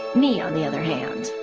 me on the other hand.